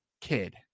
kid